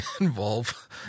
involve